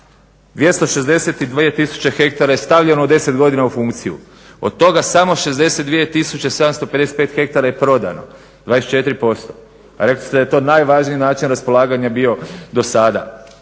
262 hektara je stavljeno u 10 godina u funkciju od toga samo 62 tisuće 755 hektara je prodano 24%, a rekli ste da je to najvažniji način raspolaganja bio do sada.